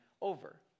over